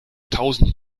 tausend